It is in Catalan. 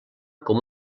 com